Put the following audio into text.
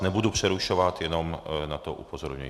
Nebudu vás přerušovat, jenom na to upozorňuji.